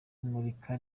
imurika